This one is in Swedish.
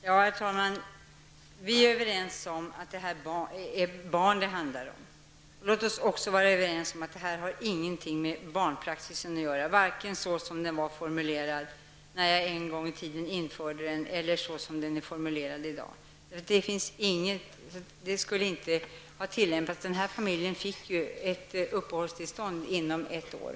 Herr talman! Vi är överens om att det handlar om barn. Låt oss också vara överens om att det här fallet inte har någonting med barnpraxisen att göra, varken så som den var formulerad när jag en gång i tiden införde den eller så som den är formulerad i dag. Den skulle ändå inte ha tillämpats. Den här familjen fick uppehållstillstånd inom ett år.